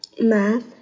math